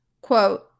quote